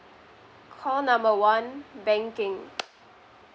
call number one banking